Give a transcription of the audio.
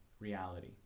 Reality